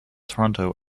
toronto